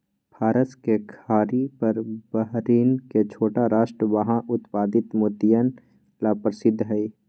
फारस के खाड़ी पर बहरीन के छोटा राष्ट्र वहां उत्पादित मोतियन ला प्रसिद्ध हई